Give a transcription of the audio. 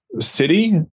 city